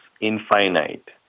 Infinite